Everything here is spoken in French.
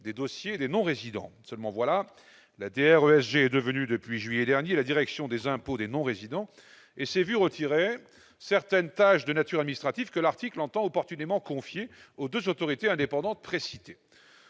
des dossiers des non-résidents. Seulement, voilà, depuis juillet dernier, la DRESG est devenue la direction des impôts des non-résidents, la DINR. Elle s'est vu retirer certaines tâches de nature administrative que cet article entend opportunément confier aux deux autorités indépendantes précitées.